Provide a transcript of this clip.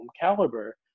caliber